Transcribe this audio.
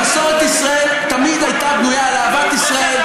מסורת ישראל תמיד הייתה בנויה על אהבת ישראל,